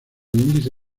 índice